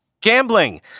Gambling